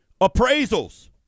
Appraisals